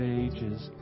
ages